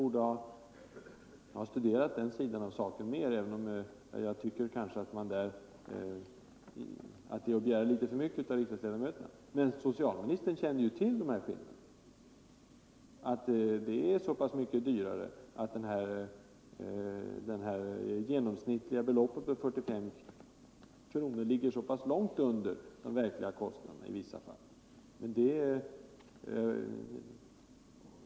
Jag 15 kanske borde ha studerat den mer, men att kräva detta av riksdagsledamöterna är nog att begära litet för mycket. Socialministern kände däremot till de här skillnaderna. Han visste att det är mycket dyrare och att de genomsnittliga beloppen på 45 kronor i vissa fall ligger långt under de verkliga kostnaderna.